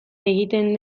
egiten